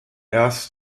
erst